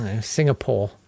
singapore